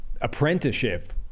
apprenticeship